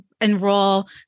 enroll